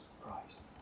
Christ